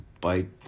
bite